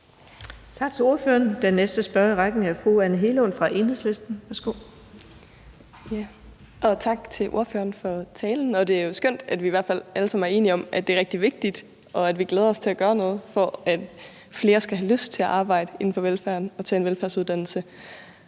Tak til ordføreren. Den næste spørger i rækken er fru Anne Hegelund fra Enhedslisten. Værsgo. Kl. 17:13 Anne Hegelund (EL): Tak til ordføreren for talen. Det er jo skønt, at vi i hvert fald alle sammen er enige om, at det er rigtig vigtigt, og at vi glæder os til at gøre noget for, at flere skal have lyst til at arbejde inden for velfærden og tage en velfærdsuddannelse.